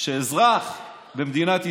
שאזרח במדינת ישראל,